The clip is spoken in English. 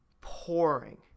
pouring